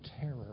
terror